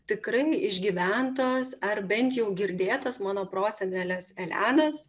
tikrai išgyventos ar bent jau girdėtos mano prosenelės elenos